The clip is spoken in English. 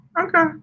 okay